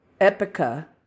epica